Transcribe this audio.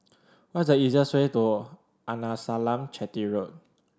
what is the easiest way to Arnasalam Chetty Road